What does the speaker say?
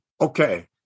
okay